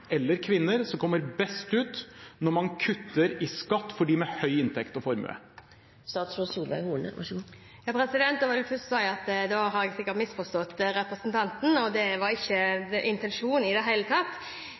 eller kvinner som kommer best ut når man kutter i skatt for dem med høy inntekt og formue? Jeg vil først si at jeg sikkert har misforstått representanten, og det var ikke intensjonen i det hele tatt.